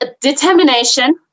Determination